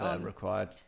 required